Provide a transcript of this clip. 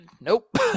Nope